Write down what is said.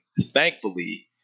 Thankfully